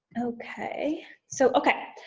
okay so okay,